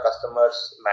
customers